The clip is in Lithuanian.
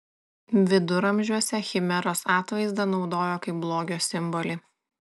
viduramžiuose chimeros atvaizdą naudojo kaip blogio simbolį